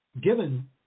given